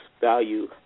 value